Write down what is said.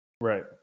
Right